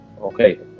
Okay